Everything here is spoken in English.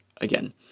again